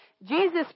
Jesus